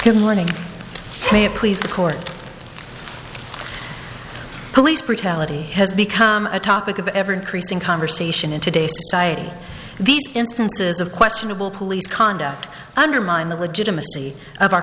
it please the court police brutality has become a topic of ever increasing conversation in today's society these instances of questionable police conduct undermine the legitimacy of our